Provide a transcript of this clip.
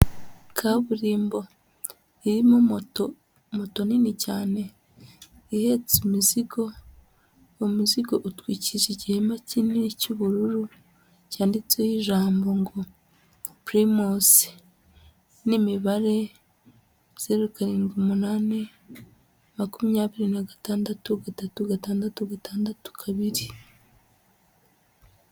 Kaburimbo irimo moto, moto nini cyane ihetse imizigo, umuzingo utwikirije igihema kinini cy'ubururu cyanditseho ijambo ngo Pirimusi n'imibare zeru karindwi umunani makumyabiri na gatandatu gatatu gatandatu gatandatu kabiri.